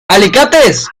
alicates